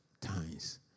times